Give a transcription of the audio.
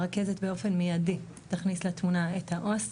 הרכזת באופן מיידי תכניס לתמוה את העו"ס.